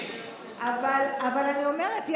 אבל אני אומרת,